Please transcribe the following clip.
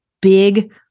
big